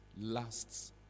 lasts